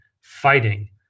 fighting